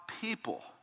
people